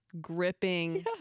gripping